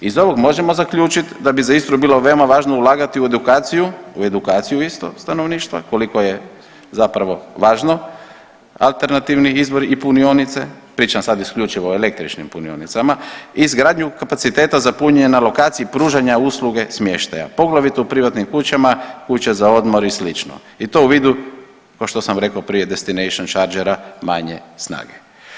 Iz ovog možemo zaključit da bi za Istru bilo veoma važno ulagati u edukaciju u edukaciju isto stanovništva koliko je zapravo važno alternativni izvori i punionice, pričam sad isključivo o električnim punionicama i izgradnju kapaciteta za punjenje na lokaciji pružanja u sluge smještaja, poglavito u privatnim kućama, kuće za odmor i sl. i to u vidu ko što sam rekao prije destination chargera manje snage.